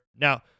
now